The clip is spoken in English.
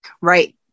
Right